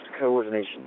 coordination